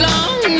Long